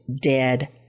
dead